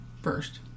first